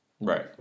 right